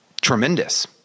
tremendous